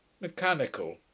Mechanical